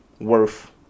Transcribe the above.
worth